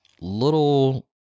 little